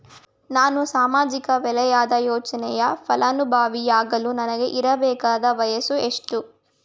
ನಾನು ಸಾಮಾಜಿಕ ವಲಯದ ಯೋಜನೆಯ ಫಲಾನುಭವಿ ಯಾಗಲು ನನಗೆ ಇರಬೇಕಾದ ವಯಸ್ಸು ಎಷ್ಟು?